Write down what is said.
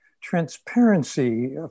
Transparency